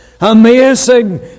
amazing